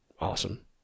awesome